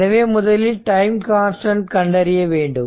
எனவே முதலில் time constant கண்டறிய வேண்டும்